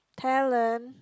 talent